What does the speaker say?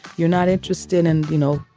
you're not interested in, you know,